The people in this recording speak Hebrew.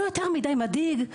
לא יותר מידי מדאיג,